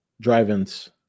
drive-ins